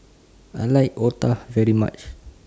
I like Otah very much